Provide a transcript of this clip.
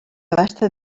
abasta